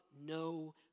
no